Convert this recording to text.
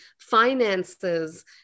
finances